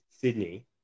Sydney